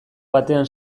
batean